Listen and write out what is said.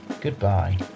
Goodbye